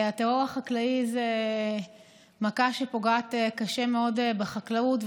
הטרור החקלאי הוא מכה שפוגעת קשה מאוד בחקלאות.